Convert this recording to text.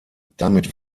damit